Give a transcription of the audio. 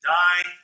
die